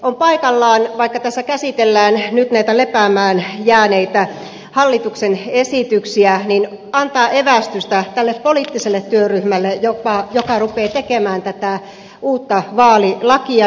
on paikallaan vaikka tässä käsitellään nyt näitä lepäämään jääneitä hallituksen esityksiä antaa evästystä tälle poliittiselle työryhmälle joka rupeaa tekemään tätä uutta vaalilakia